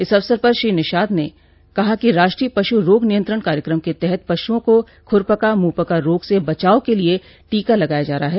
इस अवसर पर श्री निषाद ने कहा कि राष्ट्रीय पशु रोग नियंत्रण कार्यक्रम के तहत पशुओं को खुरपका मुंहपका रोग से बचाव के लिये टीका लगाया जा रहा है